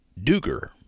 Duger